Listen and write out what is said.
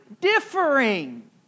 Differing